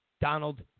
Donald